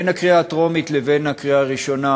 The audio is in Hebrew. בין הקריאה הטרומית לבין הקריאה הראשונה